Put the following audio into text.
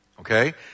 Okay